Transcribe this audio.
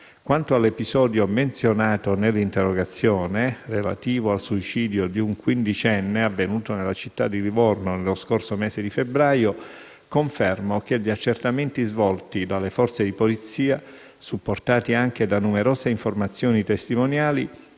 Quanto all'episodio menzionato nell'interrogazione, relativo al suicidio di un quindicenne, avvenuto nella città di Livorno nello scorso mese di febbraio, confermo che gli accertamenti svolti dalle forze di polizia, supportati anche da numerose informazioni testimoniali,